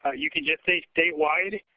ah you can just say statewide.